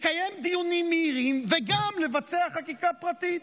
לקיים דיונים מהירים וגם לבצע חקיקה פרטית?